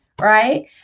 right